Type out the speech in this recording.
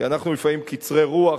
כי אנחנו לפעמים קצרי רוח,